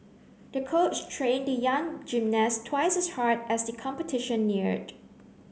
the coach trained the young gymnast twice as hard as the competition neared